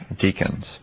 deacons